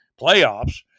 playoffs